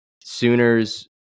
Sooners